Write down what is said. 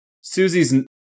Susie's